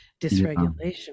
dysregulation